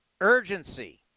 Urgency